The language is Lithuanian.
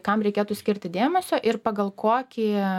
kam reikėtų skirti dėmesio ir pagal kokį